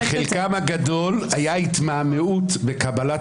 בחלקם הגדול הייתה התמהמהות בקבלת